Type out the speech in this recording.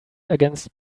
against